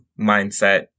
Mindset